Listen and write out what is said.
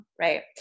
Right